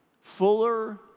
fuller